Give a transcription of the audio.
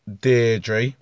Deirdre